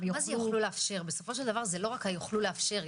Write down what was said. זה לא רק יוכלו לאשר.